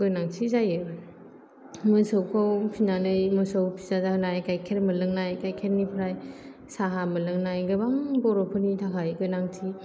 गोनांथि जायो मोसौखौ फिसिनानै मोसौ फिसा जाहोनाय गाइखेर मोनलोंनाय गाइखेरनिफ्राय साहा मोनलोंनाय गोबां बर'फोरनि थाखाय गोनांथि